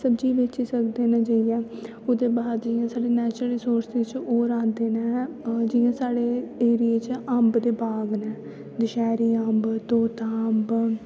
सब्जी गी बेची सकदे न जाइयै ओह्दे बाद जि'यां साढ़े नैचुरल रिसोरसिस च होर ऐ औंदे न जि'यां साढ़े एरिये च अम्ब दे बाग न दशैह्री अम्ब तोता अम्ब